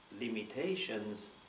limitations